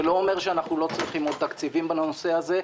זה לא אומר שאנחנו לא צריכים עוד תקציבים לנושא הזה.